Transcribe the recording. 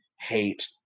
hate